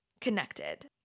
connected